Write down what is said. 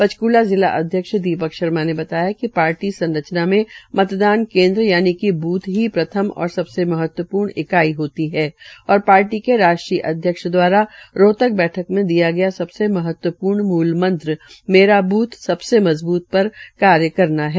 पंचक्ला जिला अध्यक्ष दीपक शर्मा ने बताया कि पार्टी संरचना में मतदान केन्द्र यानि की बूथ ही प्रथम और सबसे महम्वपूर्ण इकाई होती है और पार्टी के राष्ट्रीय अध्यक्ष द्वारा रोहतक बैठक मे दिया गया सबसे महत्वप्र्ण मूलमंत्री मेरा बूथ सबसे मजबूत पर कार्यकरना है